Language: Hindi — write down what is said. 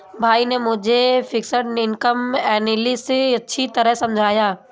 भाई ने मुझे फिक्स्ड इनकम एनालिसिस अच्छी तरह समझाया